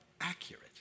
accurate